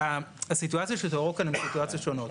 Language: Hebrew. הסיטואציות שתוארו כאן הן סיטואציות שונות.